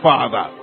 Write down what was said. Father